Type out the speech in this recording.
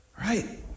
right